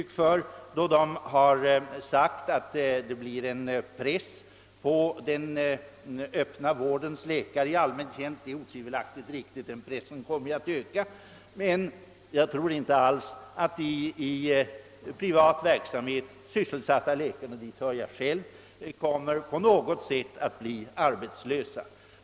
De har visserligen sagt att det blir en press på den öppna vårdens läkare i allmän tjänst, och det är otvivelaktigt riktigt att pressen kommer att öka, men jag tror inte alls att de i privat verksamhet sysselsatta läkarna — till dem hör jag själv — kommer att bli arbetslösa.